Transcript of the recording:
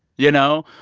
you know?